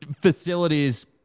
facilities –